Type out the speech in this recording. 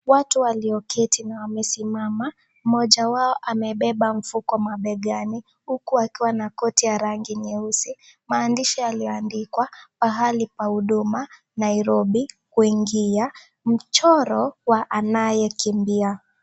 Watu walioketi na wamesimama mmoja wao amebeba mfuko mabegani huku akiwa na koti ya rangi nyeusi. Maandishi yaliyoandikwa pahali pa huduma nairobi kuingia mchoro wa anayekimbia.